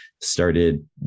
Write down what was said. started